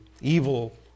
evil